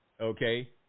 Okay